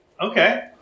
Okay